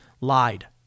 lied